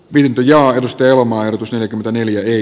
wildin ja aidosti lomailtu selkä taneli ei